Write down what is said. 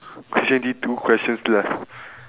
creative two questions left